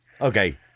Okay